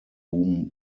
whom